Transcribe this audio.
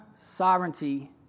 sovereignty